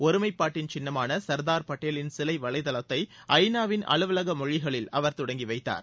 ஒருமைப்பாட்டின் சின்னமான சர்தார் பட்டேலின் சிலை வலைதளத்தை ஐ நாவின் அலுவலக மொழிகளில் அவர் தொடங்கி வைத்தார்